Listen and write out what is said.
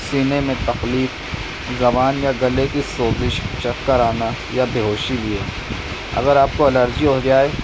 سینے میں تکلیف زبان میں گلے کی سوزش چکر آنا یا بیہوشی بھی ہے اگر آپ کو الرجی ہو جائے